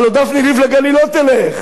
הלוא דפני ליף לגליל לא תלך,